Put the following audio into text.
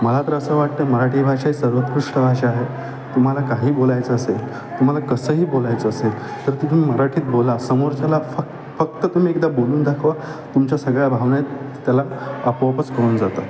मला तर असं वाटतं मराठी भाषा ही सर्वोत्कृष्ट भाषा आहे तुम्हाला काही बोलायचं असेल तुम्हाला कसंही बोलायचं असेल तर तुम्ही मराठीत बोला समोरच्याला फक्त फक्त तुम्ही एकदा बोलून दाखवा तुमच्या सगळ्या भावना आहेत त्याला आपोआपच कळून जातात